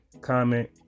comment